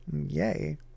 Yay